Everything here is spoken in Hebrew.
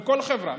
בכל חברה,